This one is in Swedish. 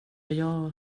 jag